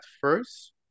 first